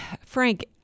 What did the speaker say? Frank